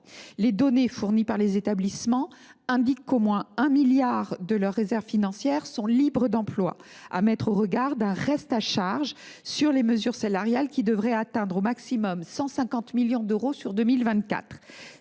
Les données fournies par les établissements indiquent qu’au moins 1 milliard d’euros de leurs réserves financières sont libres d’emploi, somme à mettre en regard avec un reste à charge sur les mesures salariales, qui devrait atteindre au maximum 150 millions d’euros sur